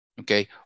Okay